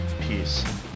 peace